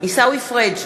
עיסאווי פריג'